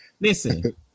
Listen